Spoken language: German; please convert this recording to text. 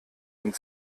und